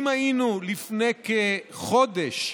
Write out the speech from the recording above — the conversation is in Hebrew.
אם היינו לפני כחודש,